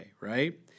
right